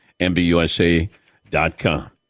MBUSA.com